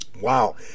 Wow